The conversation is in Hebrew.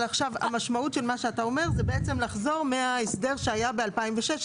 אבל המשמעות של מה שאתה אומר היא לחזור מההסדר שהיה בשנת 2016,